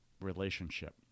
relationship